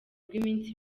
rw’iminsi